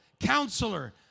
Counselor